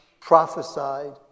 prophesied